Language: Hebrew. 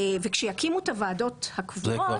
כשיקימו את הוועדות הקבועות,